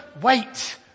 wait